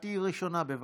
את תהיי ראשונה, בבקשה.